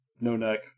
no-neck